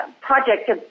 Project